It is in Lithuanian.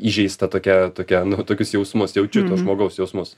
įžeistą tokią tokią nu tokius jausmus jaučiu to žmogaus jausmus